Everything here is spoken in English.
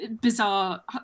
bizarre